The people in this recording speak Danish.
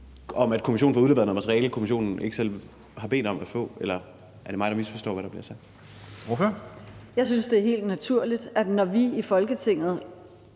om, at kommissionen får udleveret noget materiale, kommissionen ikke selv har bedt om at få, eller er det mig, der misforstår, hvad der bliver sagt? Kl. 14:51 Formanden (Henrik Dam Kristensen):